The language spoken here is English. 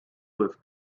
with